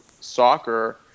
soccer